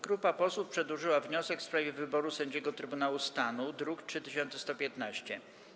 Grupa posłów przedłożyła wniosek w sprawie wyboru sędziego Trybunału Stanu, druk nr 3115.